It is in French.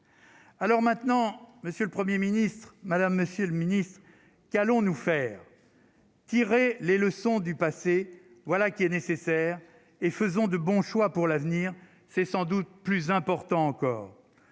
Alors maintenant, monsieur le 1er ministre Madame Monsieur le Ministre qu'allons-nous faire. Tirer les leçons du passé, voilà qui est nécessaire et faisons de bons choix pour l'avenir, c'est sans doute plus important encore,